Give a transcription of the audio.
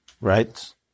right